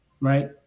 right